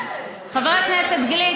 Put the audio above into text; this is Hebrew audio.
חבר הכנסת גליק,